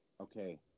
Okay